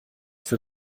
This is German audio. für